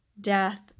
death